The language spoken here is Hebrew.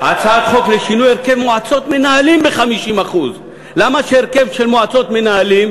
הצעת חוק לשינוי הרכב מועצות מנהלים ב-50% למה שהרכב של מועצות מנהלים,